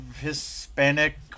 Hispanic